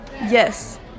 Yes